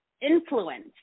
influence